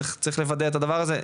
צריך לוודא את הדבר הזה.